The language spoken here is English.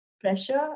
pressure